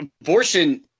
Abortion